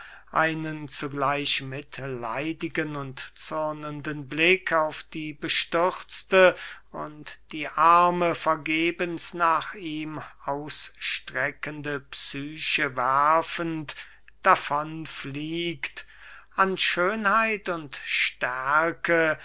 einen zugleich mitleidigen und zürnenden blick auf die bestürzte und die arme vergebens nach ihm ausstreckende psyche werfend davon fliegt an schönheit und stärke